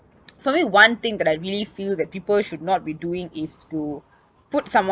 for me one thing that I really feel that people should not be doing is to put someone